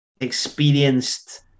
experienced